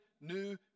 new